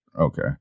Okay